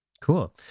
Cool